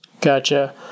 Gotcha